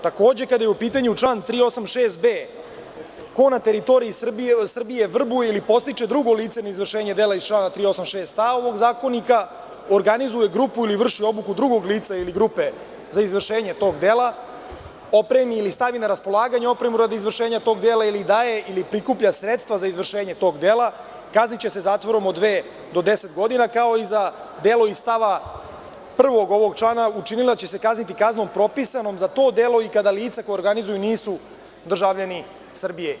Takođe, kada je u pitanju 386b, ko na teritoriji Srbije vrbuje ili podstiče drugo lice na izvršenje dela iz člana 386a ovog zakonika, organizuje grupu ili vrši obuku drugog lica ili grupe za izvršenje tog dela, opremi ili stavi na raspolaganje opremu radi izvršenja tog dela ili daje ili prikuplja sredstva za izvršenje tog dela, kazniće se zatvorom od dve do deset godina, kao i za delo iz stava 1. ovog člana, učinilac će se kazniti kaznom propisanom za to delo i kada lica koja organizuje nisu državljani Srbije.